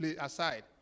aside